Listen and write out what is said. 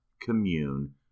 commune